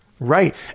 Right